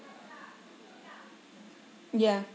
ya